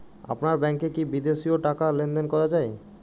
আপনার ব্যাংকে কী বিদেশিও টাকা লেনদেন করা যায়?